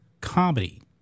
comedy